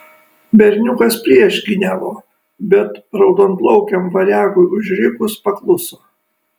berniukas priešgyniavo bet raudonplaukiam variagui užrikus pakluso